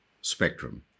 spectrum